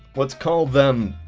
let's call them